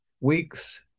weeks